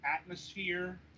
atmosphere